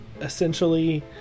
essentially